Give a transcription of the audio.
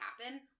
happen